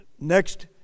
next